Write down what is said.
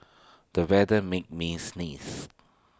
the weather made me sneeze